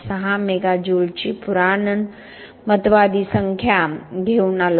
6 mega जूलची पुराणमतवादी संख्या घेऊन आलो